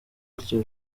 iryo